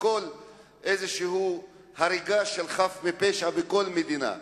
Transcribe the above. כל איזושהי הריגה של חף מפשע בכל מדינה.